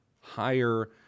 higher